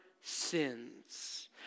sins